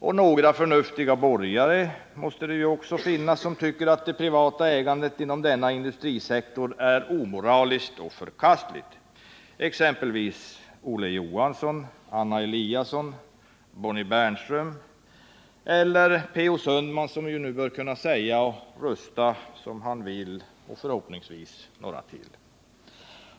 Och några förnuftiga borgare måste det ju också finnas som tycker att privatägandet inom denna industrisektor är omoraliskt och förkastligt, exempelvis Olof Johansson, Anna Eliasson, Bonnie Bernström eller P.O. Sundman, som ju nu bör kunna tala och rösta som han vill — och förhoppningsvis några till.